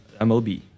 MLB